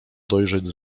dojrzeć